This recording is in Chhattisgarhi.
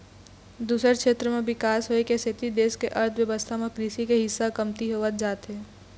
दूसर छेत्र म बिकास होए के सेती देश के अर्थबेवस्था म कृषि के हिस्सा ह कमती होवत जावत हे